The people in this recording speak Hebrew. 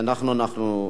אני נרשמתי.